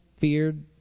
feared